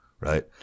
right